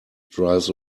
drives